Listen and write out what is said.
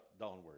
downward